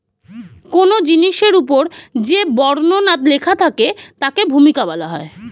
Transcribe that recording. কোন জিনিসের উপর যে বর্ণনা লেখা থাকে তাকে ভূমিকা বলা হয়